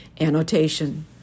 Annotation